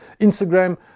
Instagram